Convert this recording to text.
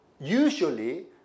usually